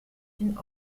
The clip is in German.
den